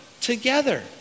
together